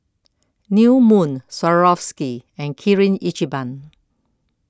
New Moon Swarovski and Kirin Ichiban